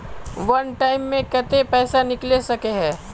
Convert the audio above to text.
वन time मैं केते पैसा निकले सके है?